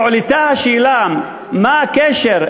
והועלתה השאלה: מה הקשר?